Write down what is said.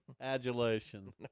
adulation